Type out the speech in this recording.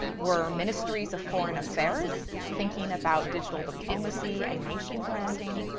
were ministries of foreign affairs thinking about digital diplomacy and nation branding,